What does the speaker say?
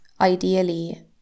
ideally